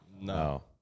No